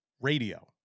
radio